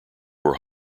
were